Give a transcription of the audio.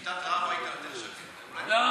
בשביתת רעב היית יותר שקט, אולי תשקול עוד אחת.